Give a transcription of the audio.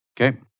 Okay